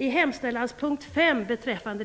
I hemställanspunkt 5, beträffande